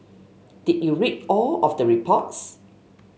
did you read all of the reports